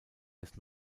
des